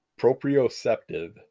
proprioceptive